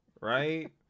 Right